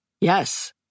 Yes